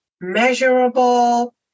measurable